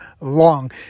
long